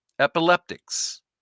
epileptics